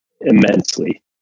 immensely